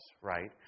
right